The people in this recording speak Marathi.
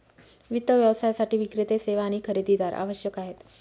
वित्त व्यवसायासाठी विक्रेते, सेवा आणि खरेदीदार आवश्यक आहेत